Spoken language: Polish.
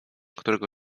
którego